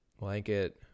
Blanket